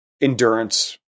endurance